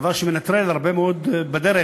דבר שמנטרל הרבה מאוד בדרך,